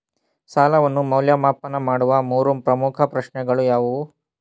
ಸಾಲವನ್ನು ಮೌಲ್ಯಮಾಪನ ಮಾಡುವ ಮೂರು ಪ್ರಮುಖ ಪ್ರಶ್ನೆಗಳು ಯಾವುವು?